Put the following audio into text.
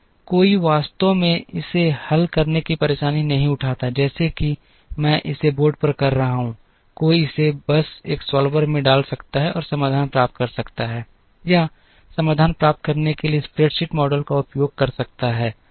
कोई वास्तव में इसे हल करने की परेशानी नहीं उठाता है जैसे कि मैं इसे बोर्ड पर कर रहा हूं कोई इसे बस एक सॉल्वर में डाल सकता है और समाधान प्राप्त कर सकता है या समाधान प्राप्त करने के लिए स्प्रैडशीट मॉडल का उपयोग कर सकता है